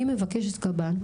היא מבקשת קב"ן,